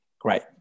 Great